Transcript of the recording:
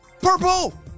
purple